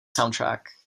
soundtrack